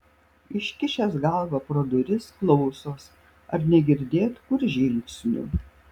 iškišęs galvą pro duris klausos ar negirdėt kur žingsnių